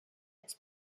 its